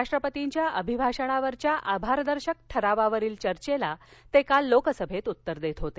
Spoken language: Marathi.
राष्ट्रपतींच्या अभिभाषणावरच्या आभारदर्शक ठरावावरील चर्चेला ते काल लोकसभेत उत्तर देत होते